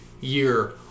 year